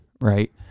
right